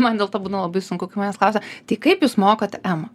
man dėl to būna labai sunku kai manęs klausia tai kaip jūs mokote emą